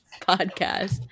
podcast